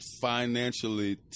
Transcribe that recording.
financially